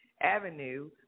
Avenue